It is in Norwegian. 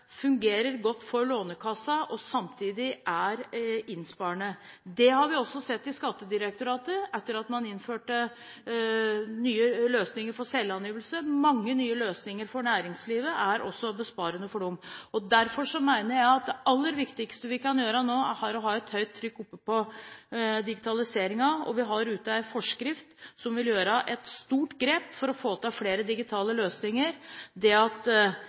fungerer godt for Lånekassen, og som samtidig er besparende. Det har vi også sett i Skattedirektoratet etter at man innførte nye løsninger for selvangivelsen. Mange nye løsninger for næringslivet er også besparende for dem. Derfor mener jeg det aller viktigste vi kan gjøre nå, er å ha høyt trykk på digitaliseringen. Vi har ute en forskrift som kan gjøre store grep for å få til flere digitale løsninger. Det at vi som brukere heretter kan få posten vår digitalt, og at